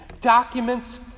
documents